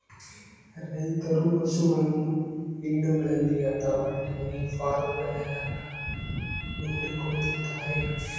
ರೈತರು ಹಸುಗಳನ್ನು ಹಿಂಡುಗಳಲ್ಲಿ ಅಥವಾ ಡೈರಿ ಫಾರ್ಮ್ಗಳಾಗ ನೋಡಿಕೊಳ್ಳುತ್ತಾರೆ